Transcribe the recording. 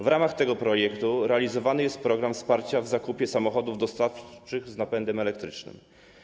W ramach tego projektu realizowany jest program wsparcia w zakupie samochodów dostawczych z napędem elektrycznym.